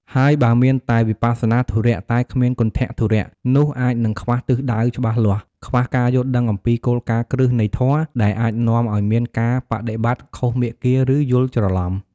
ហើយបើមានតែ វិបស្សនាធុរៈ តែគ្មាន គន្ថធុរៈ នោះអាចនឹងខ្វះទិសដៅច្បាស់លាស់ ខ្វះការយល់ដឹងអំពីគោលការណ៍គ្រឹះនៃធម៌ ដែលអាចនាំឱ្យមានការបដិបត្តិខុសមាគ៌ា ឬយល់ច្រឡំ។